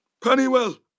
Pennywell